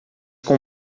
com